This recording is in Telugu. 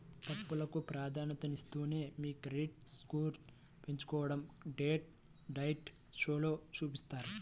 అప్పులకు ప్రాధాన్యతనిస్తూనే మీ క్రెడిట్ స్కోర్ను పెంచుకోడం డెట్ డైట్ షోలో చూపిత్తారు